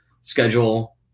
schedule